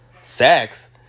sex